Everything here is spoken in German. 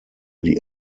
die